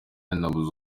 nabuze